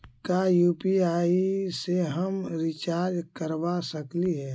का यु.पी.आई से हम रिचार्ज करवा सकली हे?